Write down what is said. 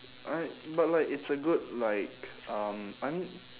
alright but like it's a good like um I mean